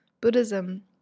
Buddhism